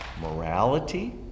morality